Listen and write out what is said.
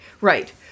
Right